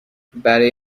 برای